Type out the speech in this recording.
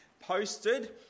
posted